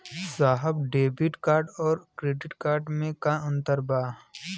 साहब debit card और credit card में का अंतर बा?